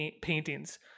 paintings